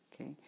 Okay